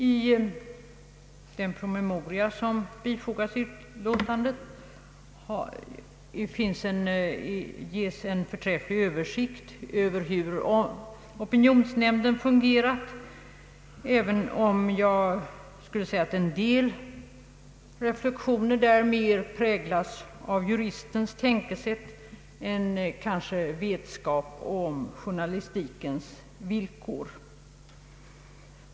I den promemoria som bifogats utlåtandet ges en förträfflig översikt över hur opinionsnämnden fungerar, även om jag skulle vilja säga att en del reflexioner där mera präglas av juristens tänkesätt än av vetskap om journalistikens villkor.